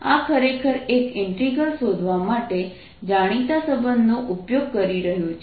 આ ખરેખર એક ઇન્ટિગ્રલ શોધવા માટે જાણીતા સંબંધોનો ઉપયોગ કરી રહ્યું છે